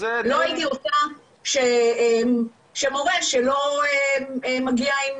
לא הייתי רוצה שמורה שלא מגיע עם